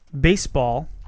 baseball